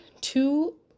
two